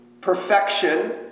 perfection